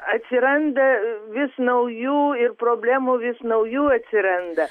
atsiranda vis naujų ir problemų vis naujų atsiranda